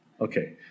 Okay